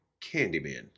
Candyman